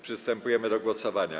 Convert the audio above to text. Przystępujemy do głosowania.